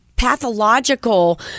pathological